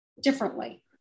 differently